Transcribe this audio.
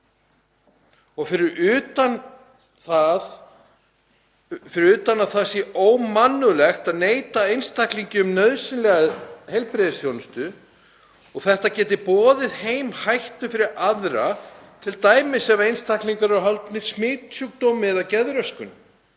fyrir utan að það sé ómannúðlegt að neita einstaklingi um nauðsynlega heilbrigðisþjónustu. Þetta geti boðið heim hættu fyrir aðra, t.d. ef einstaklingar eru haldnir smitsjúkdómi eða geðröskun